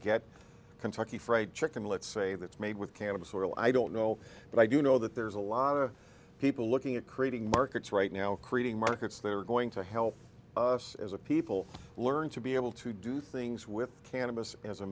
get kentucky fried chicken let's say that's made with cannabis oil i don't know but i do know that there's a lot of people looking at creating markets right now creating markets they're going to help us as a people learn to be able to do things with cannabis as a